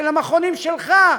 של המכונים שלך,